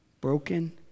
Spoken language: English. broken